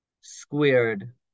squared